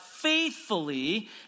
faithfully